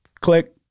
Click